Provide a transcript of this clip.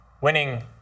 winning –